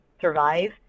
survive